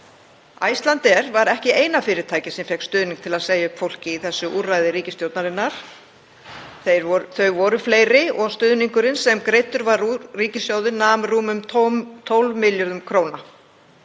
Icelandair var ekki eina fyrirtækið sem fékk stuðning til að segja upp fólki í þessu úrræði ríkisstjórnarinnar. Þau voru fleiri. Stuðningurinn sem greiddur var úr ríkissjóði nam rúmum 12 milljörðum kr.